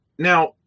Now